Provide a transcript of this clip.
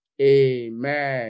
Amen